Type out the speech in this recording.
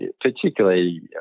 particularly